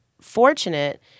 fortunate